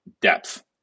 depth